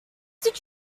did